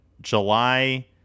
July